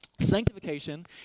Sanctification